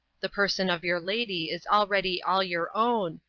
the person of your lady is already all your own,